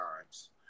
times